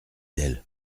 elle